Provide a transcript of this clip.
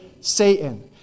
Satan